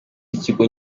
w’ikigo